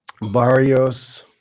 Barrios